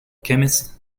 chemist